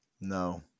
no